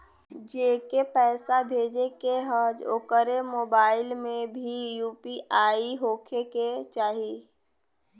जेके पैसा भेजे के ह ओकरे मोबाइल मे भी यू.पी.आई होखे के चाही?